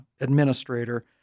administrator